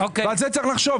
ועל זה צריך לחשוב,